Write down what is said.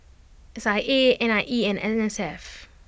S I A N I E and N S F